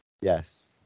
Yes